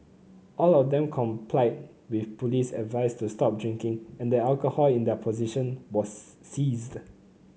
all of them complied with police advice to stop drinking and the alcohol in their possession was seized